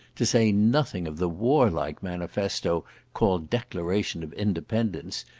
to say nothing of the warlike manifesto called declaration of independence,